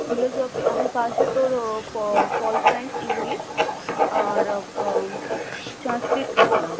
philosophy আমি পাসে তোর ও পল সায়েন্স ইংলিশ আর সংস্কৃত রাখলাম